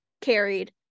carried